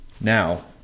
Now